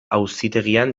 auzitegian